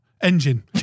Engine